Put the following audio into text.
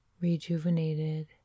rejuvenated